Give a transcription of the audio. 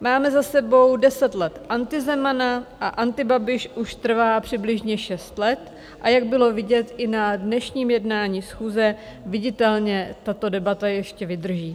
Máme za sebou deset let Antizemana a Antibabiš už trvá přibližně šest let, a jak bylo vidět i na dnešním jednání schůze, viditelně tato debata ještě vydrží.